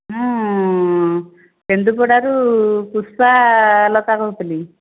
ମୁଁ କେନ୍ଦୁପଡ଼ାରୁ ପୁଷ୍ପାଲତା କହୁଥିଲି